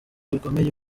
bikomeye